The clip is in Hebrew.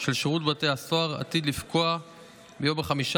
של שירות בתי הסוהר עתיד לפקוע ביום 15